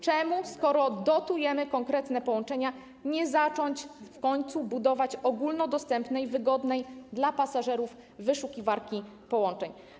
Czemu, skoro dotujemy konkretne połączenia, nie zacząć budować ogólnodostępnej i wygodnej dla pasażerów wyszukiwarki połączeń?